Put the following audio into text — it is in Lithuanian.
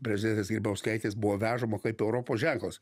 prezidentės grybauskaitės buvo vežama kaip europos ženklas